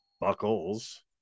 buckles